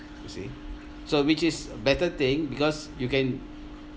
you see so which is better thing because you can